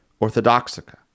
orthodoxica